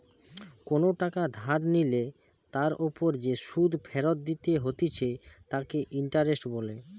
কোনো টাকা ধার নিলে তার ওপর যে সুধ ফেরত দিতে হতিছে তাকে ইন্টারেস্ট বলে